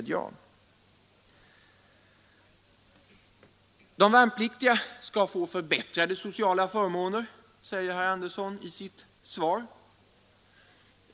De värnpliktiga skall få förbättrade sociala förhållanden, säger herr Andersson i sitt svar.